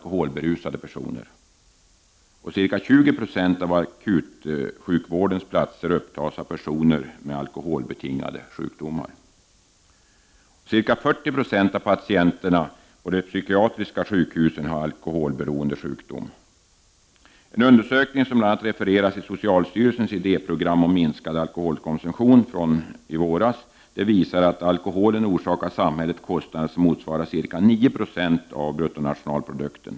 O Ca 20 I av akutsjukvårdens platser upptas av personer med alkoholbetingade sjukdomar. En undersökning, som bl.a. refereras i socialstyrelsens idéprogram om minskad alkoholkonsumtion från i våras, visar att alkoholen orsakar samhället kostnader som motsvarar ca 9 96 av bruttonationalprodukten.